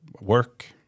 work